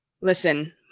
Listen